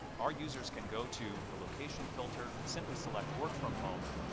our users can go to the location filter, simply select work from home,